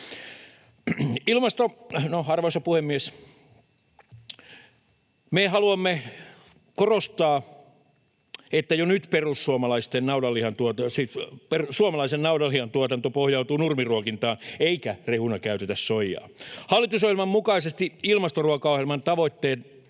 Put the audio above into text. Me haluamme korostaa, että jo nyt suomalaisen naudanlihan tuotanto pohjautuu nurmiruokintaan eikä rehuna käytetä soijaa. Hallitusohjelman mukaisesti ilmastoruokaohjelman yksi tavoite